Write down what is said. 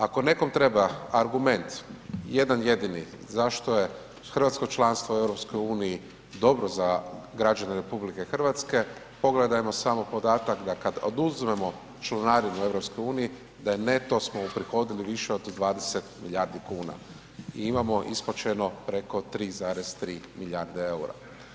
Ako nekom treba argument jedan jedini zašto je hrvatsko članstvo u EU dobro za građane RH, pogledajmo samo podatak da kad oduzmemo članarinu u EU da je neto smo uprihodili više od 20 milijardi kuna i imamo isplaćeno preko 3,3 milijarde EUR-a.